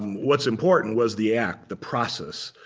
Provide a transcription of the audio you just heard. what's important was the act, the process,